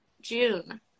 June